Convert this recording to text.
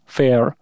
fair